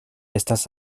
estas